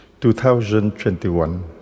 2021